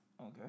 Okay